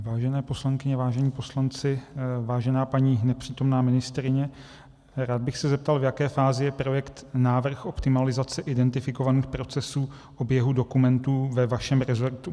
Vážené poslankyně, vážení poslanci, vážená paní nepřítomná ministryně, rád bych se zeptal, v jaké fázi je projekt Návrh optimalizace identifikovaných procesů oběhu dokumentů ve vašem rezortu.